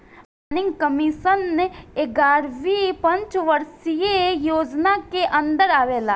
planning Commission एग्यारहवी पंचवर्षीय योजना के अन्दर आवेला